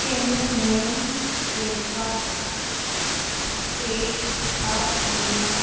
can you names states of states of India